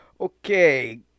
okay